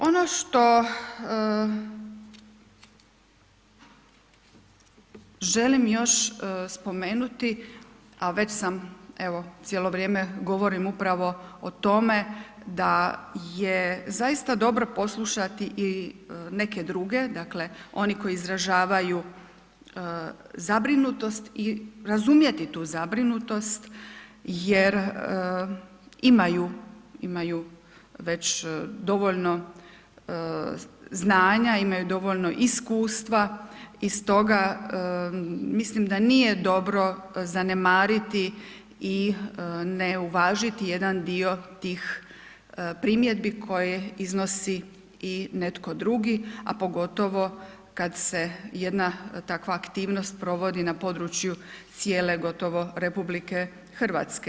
Ono što želim još spomenuti, a već sam evo cijelo vrijeme govorim upravo o tome da je zaista dobro poslušati i neke druge, dakle oni koji izražavaju zabrinutost i razumjeti tu zabrinutost, jer imaju već dovoljno znanja, imaju dovoljno iskustva i stoga mislim da nije dobro zanemariti i ne uvažiti jedan dio tih primjedbi koje iznosi i netko drugi, a pogotovo kad se jedna takva aktivnost provodi na području cijele gotovo RH.